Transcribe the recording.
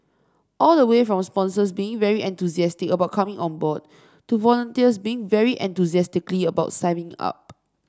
all the way from sponsors being very enthusiastic about coming on board to volunteers being very enthusiastically about signing up